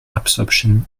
absorption